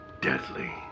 deadly